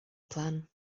plan